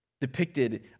depicted